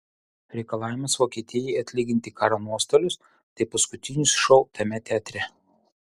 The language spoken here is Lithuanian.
reikalavimas vokietijai atlyginti karo nuostolius tai paskutinis šou tame teatre